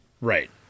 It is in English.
Right